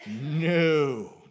No